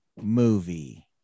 movie